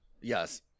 yes